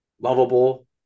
lovable